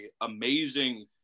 amazing